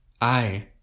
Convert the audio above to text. I